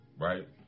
right